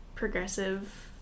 progressive